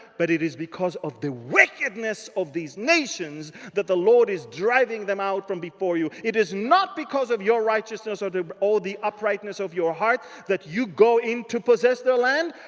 but it is because of the wickedness of these nations that the lord is driving them out from before you. it is not because of your righteousness ah or but all the uprightness of your heart that you go into possess their land.